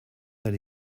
that